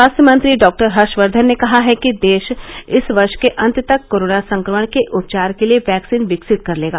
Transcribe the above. स्वास्थ्य मंत्री डॉक्टर हर्ष वर्षन ने कहा है कि देश इस वर्ष के अंत तक कोरोना संक्रमण के उपचार के लिए वैक्सीन विकसित कर लेगा